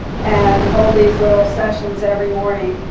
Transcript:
and hold these little sessions every morning.